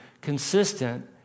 consistent